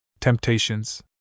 Temptations